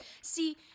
See